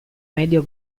medio